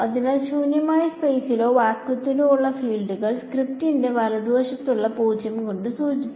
അതിനാൽ ശൂന്യമായ സ്പെയ്സിലോ വാക്വത്തിലോ ഉള്ള ഫീൽഡുകൾ സ്ക്രിപ്റ്റിന്റെ വലതുവശത്തുള്ള 0 കൊണ്ട് സൂചിപ്പിക്കുന്നു